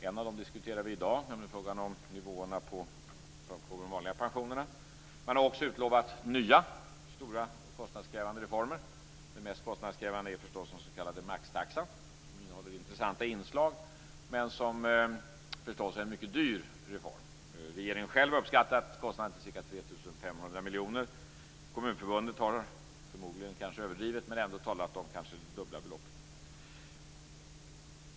En av dem diskuterar vi i dag, nämligen frågan om nivåerna på de vanliga pensionerna. Man har också utlovat nya stora och kostnadskrävande reformer. Den mest kostnadskrävande är förstås den s.k. maxtaxan, som innehåller intressanta inslag men som är en mycket dyr reform. Regeringen har själv uppskattat kostnaderna till ca 3 500 miljoner. Kommunförbundet har talat, förmodligen överdrivet men ändå, om det dubbla beloppet.